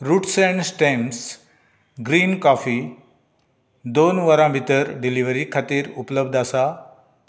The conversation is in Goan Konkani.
roots and stems green coffee दोन वरां भितर डिलिव्हरी खातीर उपलब्ध आसा